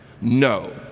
No